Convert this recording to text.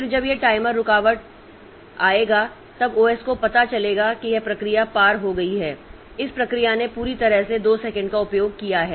फिर जब यह टाइमर रुकावट आएगा तब ओएस को पता चलेगा कि यह प्रक्रिया पार हो गई है इस प्रक्रिया ने पूरी तरह से 2 सेकंड का उपयोग किया है